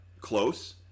close